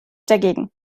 dagegen